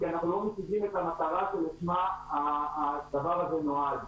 כי אנחנו לא משיגים את המטרה שלשמה הדבר הזה נועד.